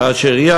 כאשר היא,